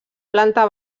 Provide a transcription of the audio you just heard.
planta